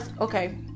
okay